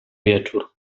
wieczór